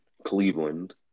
Cleveland